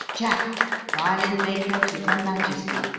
jack, violin-maker to her majesty,